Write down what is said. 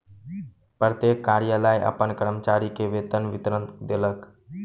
प्रत्येक कार्यालय अपन कर्मचारी के वेतन विवरण देलक